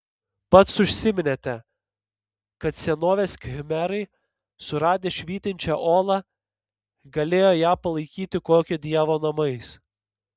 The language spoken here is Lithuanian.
pats užsiminėte kad senovės khmerai suradę švytinčią olą galėjo ją palaikyti kokio dievo namais